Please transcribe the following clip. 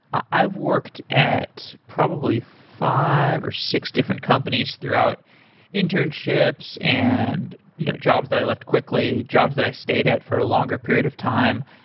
i've worked at probably five or six different companies throughout internships and you know jobs that i left quickly, jobs that i stayed at for a longer period of time.